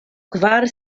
kvar